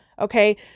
Okay